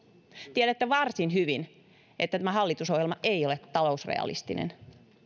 tiedätte varsin hyvin että tämä hallitusohjelma ei ole talousrealistinen